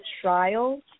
trial